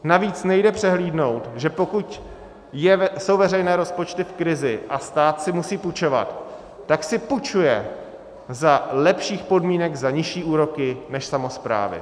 Navíc nejde přehlédnout, že pokud jsou veřejné rozpočty v krizi a stát si musí půjčovat, tak si půjčuje za lepších podmínek, za nižší úroky než samosprávy.